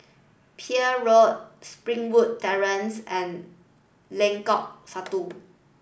Peel Road Springwood Terrace and Lengkok Satu